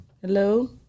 Hello